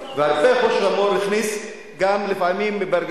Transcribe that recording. לא פעם קורה שמכוונים את הביקורת כלפי